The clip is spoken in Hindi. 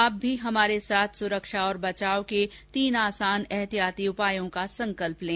आप भी हमारे साथ सुरक्षा और बचाव के तीन आसान एहतियाती उपायों का संकल्प लें